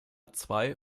zwei